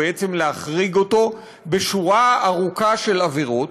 או בעצם להחריג אותו בשורה ארוכה של עבירות?